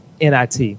nit